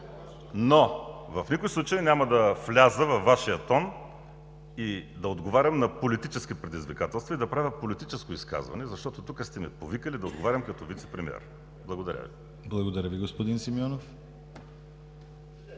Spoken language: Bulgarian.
Но в никакъв случай няма да вляза във Вашия тон, да отговарям на политически предизвикателства и да правя политическо изказване, защото тук сте ме повикали да отговарям като вицепремиер! Благодаря. ПРЕДСЕДАТЕЛ ДИМИТЪР ГЛАВЧЕВ: Благодаря, господин Симеонов.